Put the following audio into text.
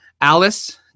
Alice